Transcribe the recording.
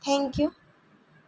thank you